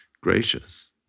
gracious